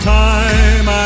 time